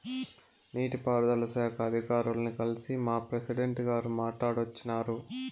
నీటి పారుదల శాఖ అధికారుల్ని కల్సి మా ప్రెసిడెంటు గారు మాట్టాడోచ్చినారు